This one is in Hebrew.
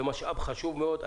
זה משאב חשוב מאוד.